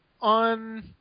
on